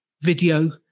video